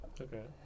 Okay